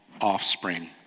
offspring